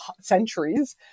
centuries